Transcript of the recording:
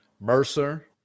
Mercer